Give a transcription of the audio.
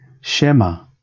Shema